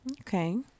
Okay